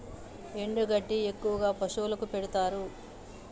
ఎండు గడ్డి ఎక్కువగా పశువులకు పెడుతారు